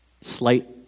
slight